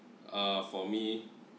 uh for me